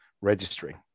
registering